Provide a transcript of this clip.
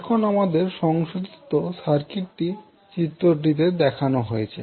এখন আমাদের সংশোধিত সার্কিটটি চিত্রটিতে দেখানো হয়েছে